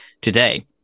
today